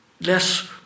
less